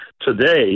today